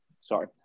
sorry